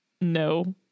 no